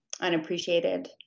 unappreciated